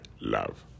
love